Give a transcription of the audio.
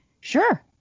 Sure